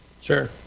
Sure